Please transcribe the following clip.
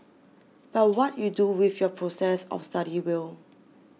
but what you do with your process of study will